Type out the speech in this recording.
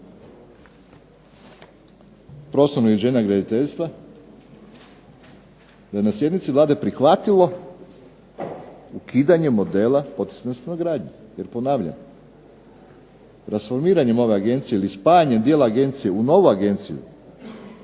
prostornog uređenja i graditeljstva da je na sjednici Vlade prihvatilo ukidanje modela poticajne stanogradnje. Jer, ponavljam, rasformiranjem ove agencije ili spajanjem dijela agencije u novu agenciju,